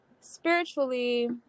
spiritually